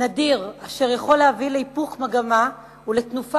נדיר אשר יכול להביא להיפוך מגמה ולתנופה